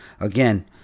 again